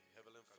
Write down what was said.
Heavenly